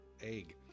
egg